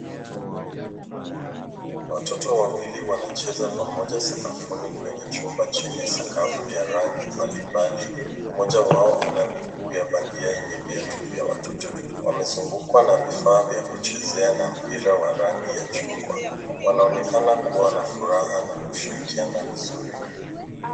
Watoto wawili wanacheza pamoja sakafuni kwenye chumba chenye sakafu ya rangi mbalimbali. Mmoja wao ana miguu ya bandia yenye viatu vya watoto. Wamezungukwa na vifaa vya kuchezea, na mpira wa rangi ya chungwa. Wanaonekana kuwa na furaha na kushirikiana vizuri.